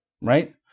right